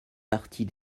partie